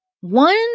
one